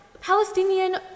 Palestinian